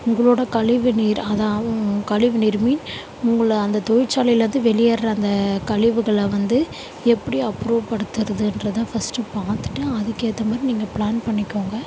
உங்களோடய கழிவு நீரை அதாவது கழிவு நீர் மீன் உங்களை அந்த தொழிற்சாலைலேருந்து வெளியேறுகிற அந்த ககழிவுவுகள வந்து எப்படி அப்புறப்படுத்துகிறதுன்றத ஃபஸ்ட்டு பார்த்துட்டு அதுக்கேற்றமாரி நீங்கள் ப்ளான் பண்ணிக்கோங்கள்